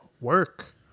Work